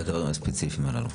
לסעיפים הספציפיים הללו.